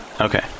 Okay